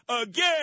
again